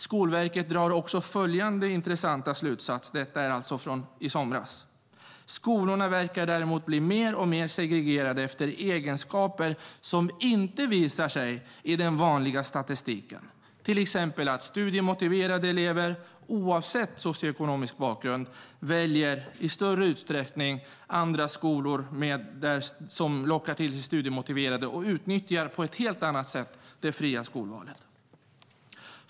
Skolverket drar följande intressanta slutsats - den är alltså från i somras: "Skolorna verkar däremot bli mer och mer segregerade efter egenskaper som inte visar sig i den vanliga statistiken, till exempel att mer studiemotiverade elever i större utsträckning tenderar att utnyttja det fria skolvalet och söka sig till skolor där det finns andra studiemotiverade elever."